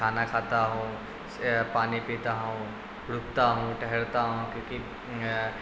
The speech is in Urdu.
کھانا کھاتا ہوں پانی پیتا ہوں رکتا ہوں ٹھہرتا ہوں کیونکہ